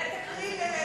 תודה.